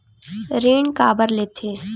ऋण काबर लेथे?